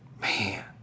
man